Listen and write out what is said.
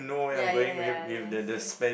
ya ya ya yes yes